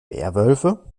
werwölfe